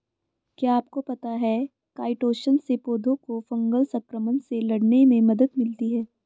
क्या आपको पता है काइटोसन से पौधों को फंगल संक्रमण से लड़ने में मदद मिलती है?